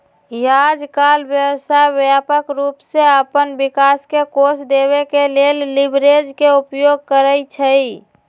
याजकाल व्यवसाय व्यापक रूप से अप्पन विकास के कोष देबे के लेल लिवरेज के उपयोग करइ छइ